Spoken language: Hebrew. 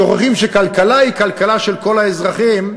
שוכחים שכלכלה היא של כל האזרחים.